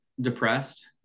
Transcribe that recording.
depressed